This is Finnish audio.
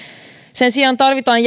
sen sijaan tarvitaan